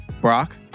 Brock